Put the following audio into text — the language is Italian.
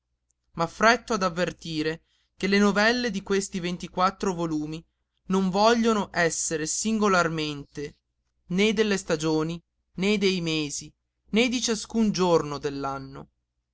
nostro m'affretto ad avvertire che le novelle di questi ventiquattro volumi non vogliono essere singolarmente né delle stagioni né dei mesi né di ciascun giorno